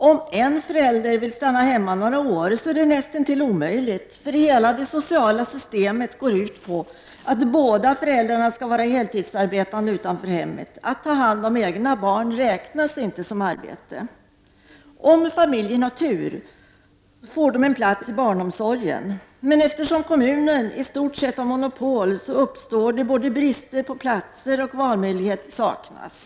Om en förälder vill stanna hemma några år är det näst intill omöjligt, för hela det sociala systemet går ut på att båda föräldrarna skall vara heltidsarbetande utanför hemmet. Att ta hand om sina egna barn räknas inte som arbete. Om familjen har tur får man plats för sina barn inom barnomsorgen. Eftersom kommunen i stort sett har monopol är det brist på platser och valmöjligheter saknas.